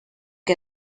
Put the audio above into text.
què